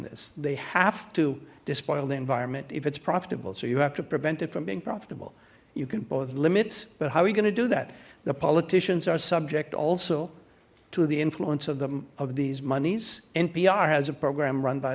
this they have to despoil the environment if it's profitable so you have to prevent it from being profitable you can both limits but how are you going to do that the politicians are subject also to the influence of them of these monies npr has a program run by